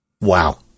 wow